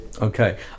okay